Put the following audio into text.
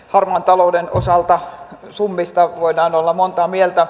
harmaan talouden osalta summista voidaan olla monta mieltä